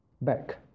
back